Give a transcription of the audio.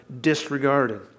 disregarded